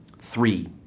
Three